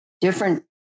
different